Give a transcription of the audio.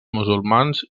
musulmans